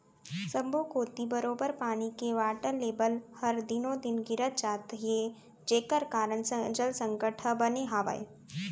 सब्बो कोती बरोबर पानी के वाटर लेबल हर दिनों दिन गिरत जात हे जेकर कारन जल संकट ह बने हावय